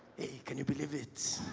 can you believe it